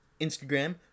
Instagram